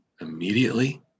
immediately